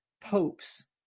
popes